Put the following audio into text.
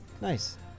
Nice